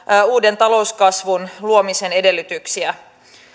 uuden talouskasvun luomisen edellytyksiä